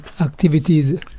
activities